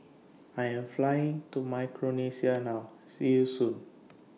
I Am Flying to Micronesia now See YOU Soon